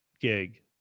gig